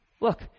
look